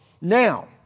Now